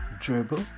dribble